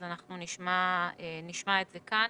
אז אנחנו נשמע את זה כאן